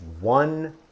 one